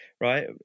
right